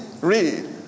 Read